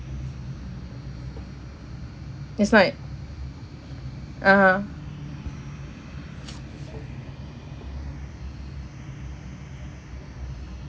it's not (uh huh)